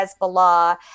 Hezbollah